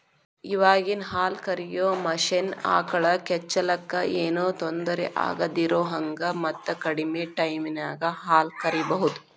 ಇವಾಗಿನ ಹಾಲ ಕರಿಯೋ ಮಷೇನ್ ಆಕಳ ಕೆಚ್ಚಲಕ್ಕ ಏನೋ ತೊಂದರೆ ಆಗದಿರೋಹಂಗ ಮತ್ತ ಕಡಿಮೆ ಟೈಮಿನ್ಯಾಗ ಹಾಲ್ ಕರಿಬಹುದು